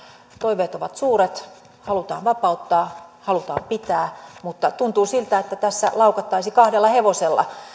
toiveet ovat suuret halutaan vapauttaa halutaan pitää mutta tuntuu siltä että tässä laukattaisiin kahdella hevosella